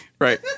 Right